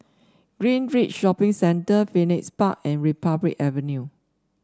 Greenridge Shopping Centre Phoenix Park and Republic Avenue